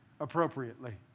appropriately